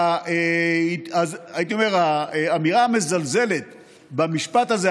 אז הייתי אומר שהאמירה המזלזלת במשפט הזה,